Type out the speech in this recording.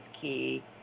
key